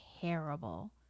terrible